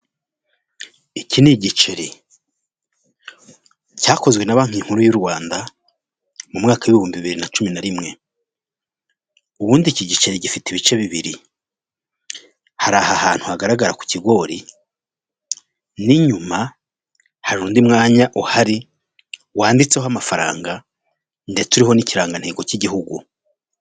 Iki ni igiceri cyakozwe na banki nkuru y'u Rwanda mu mwaka w'ihumbi bibiri na cumi na rimwe, ubundi iki giceri gifite ibice bibiri hari aha hantu hagaragara ku kigori, n'inyuma hari undi mwanya uhari wanditseho amafaranga ndetse uriho n'ikirangantego cy'igihugu.